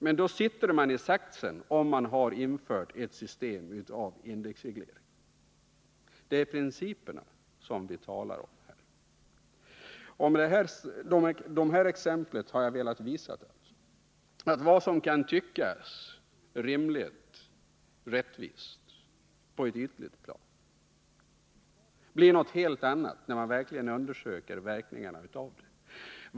Men då sitter man i saxen, om man har infört ett system med indexreglering. — Det är principerna som vi talar om. Med det här exemplet har jag velat visa att vad som på ett ytligt plan kan tyckas rimligt och rättvist blir något helt annat när man verkligen undersöker verkningarna av det.